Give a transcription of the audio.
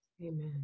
Amen